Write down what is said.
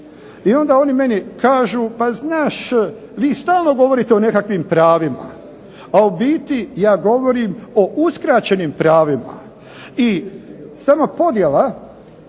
i onda oni meni kažu, pa znaš vi stalno govorite o nekakvim pravima, a u biti ja govorim o uskraćenim pravima. I sama podjela